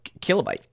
Kilobyte